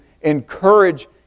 encourage